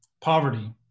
poverty